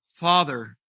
Father